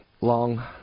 long